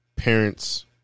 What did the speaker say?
Parents